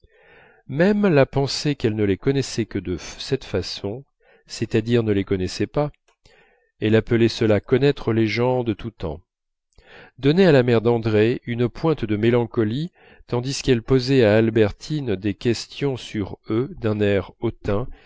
même la pensée qu'elle ne les connaissait que de cette façon c'est-à-dire ne les connaissait pas elle appelait cela connaître les gens de tous temps donnait à la mère d'andrée une pointe de mélancolie tandis qu'elle posait à albertine des questions sur eux d'un air hautain